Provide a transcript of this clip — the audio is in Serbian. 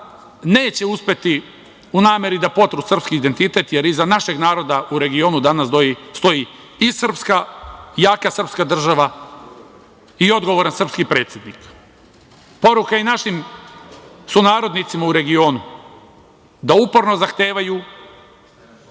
neće uspeti u nameri da potru srpski identitet, jer iza našeg naroda u regionu danas stoji i jaka srpska država i odgovoran srpski predsednik. Poruka i našim sunarodnicima u regionu da uporno zahtevaju